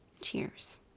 Cheers